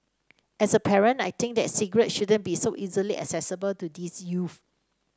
as a parent I think that cigarettes shouldn't be so easily accessible to these youths